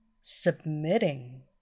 submitting